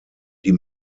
die